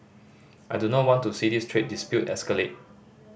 I do not want to see this trade dispute escalate